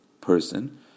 person